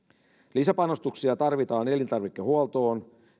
lisäpanostuksia tarvitaan elintarvikehuoltoon